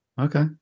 Okay